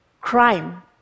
crime